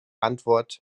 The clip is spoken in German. antwort